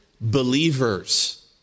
believers